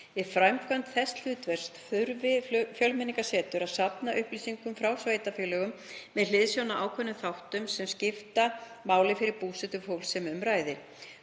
framkvæmd þess hlutverks þurfi Fjölmenningarsetur að safna upplýsingum frá sveitarfélögum með hliðsjón af ákveðnum þáttum sem skipta máli fyrir búsetu fólksins sem um ræðir,